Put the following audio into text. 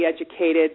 educated